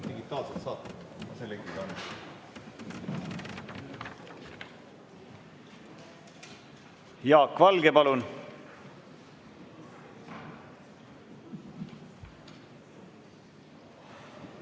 Jaak Valge, palun!